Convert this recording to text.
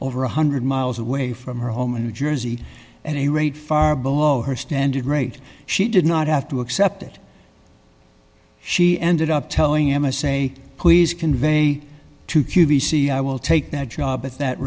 over one hundred miles away from her home in new jersey and a rate far below her standard rate she did not have to accept it she ended up telling emma say please convey to q b c i will take that job at that